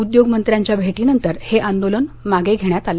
उद्योगमंत्र्यांच्या भेटीनंतर हे आंदोलन मागं घेण्यात आलं